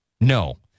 No